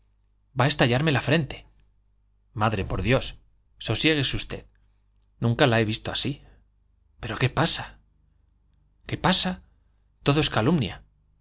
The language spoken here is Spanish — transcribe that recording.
va a estallarme la frente madre por dios sosiéguese usted nunca la he visto así pero qué pasa qué pasa todo es calumnia